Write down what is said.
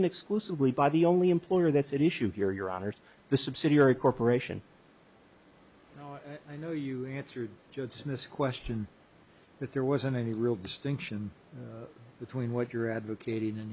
and exclusively by the only employer that's at issue here your honour's the subsidiary corporation i know you answered judson this question that there wasn't any real distinction between what you're advocating